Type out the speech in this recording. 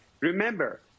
Remember